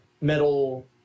metal